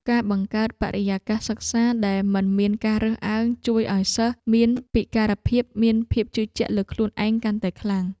ការបង្កើតបរិយាកាសសិក្សាដែលមិនមានការរើសអើងជួយឱ្យសិស្សមានពិការភាពមានភាពជឿជាក់លើខ្លួនឯងកាន់តែខ្លាំង។